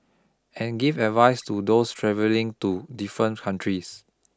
and give advice to those travelling to different countries